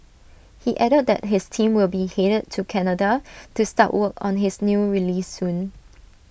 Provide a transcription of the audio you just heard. he added that his team will be headed to Canada to start work on his new release soon